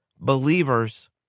believers